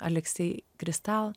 aleksej kristal